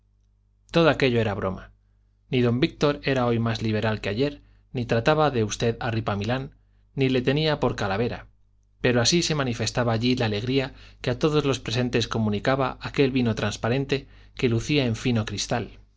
todo aquello era broma ni don víctor era hoy más liberal que ayer ni trataba de usted a ripamilán ni le tenía por calavera pero así se manifestaba allí la alegría que a todos los presentes comunicaba aquel vino transparente que lucía en fino cristal